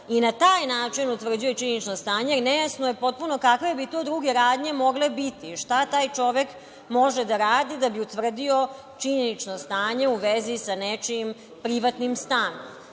i na taj način utvrđuje činjenično stanje i nejasno je potpuno kakve bi to druge radnje mogle biti. Šta taj čovek može da radi da bi utvrdio činjenično stanje u vezi sa nečijim privatnim stanom.